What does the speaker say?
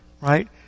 right